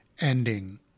ending